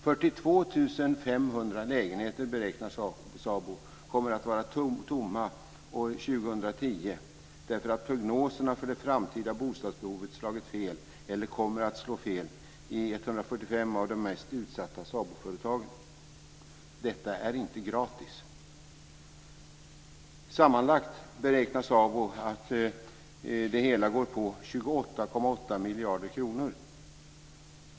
42 500 lägenheter beräknar SABO kommer att vara tomma år 2010 därför att prognoserna för det framtida bostadsbehovet slagit fel eller kommer att slå fel i 145 av de mest utsatta SABO företagen. Detta är inte gratis. Sammanlagt beräknar SABO att det hela går på 28,8 miljarder kronor.